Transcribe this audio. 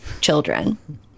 children